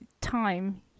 time